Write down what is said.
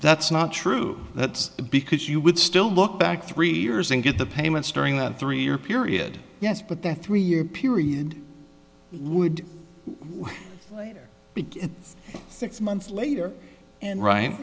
that's not true that's because you would still look back three years and get the payments during that three year period yes but the three year period would be good six months later and right